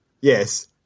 Yes